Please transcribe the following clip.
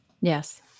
Yes